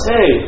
Hey